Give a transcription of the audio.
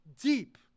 deep